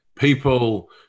people